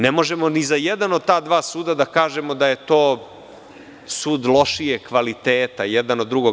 Ne možemo ni za jedan od ta dva suda da kažemo da je to sud lošijeg kvaliteta, jedan od drugog.